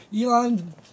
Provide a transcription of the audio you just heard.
Elon